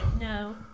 No